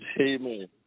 Amen